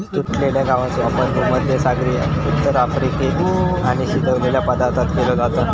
तुटलेल्या गवाचो वापर भुमध्यसागरी उत्तर अफ्रिकेत आणि शिजवलेल्या पदार्थांत केलो जाता